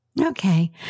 Okay